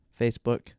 Facebook